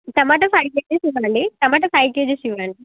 టమాటా five kgs ఇవ్వండి టమాటా five kgs ఇవ్వండి